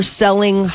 selling